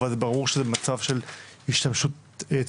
אבל זה ברור שזה מצב של שימוש תדיר,